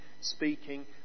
speaking